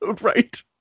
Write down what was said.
right